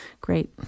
great